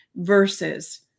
versus